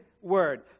word